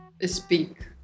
speak